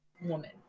woman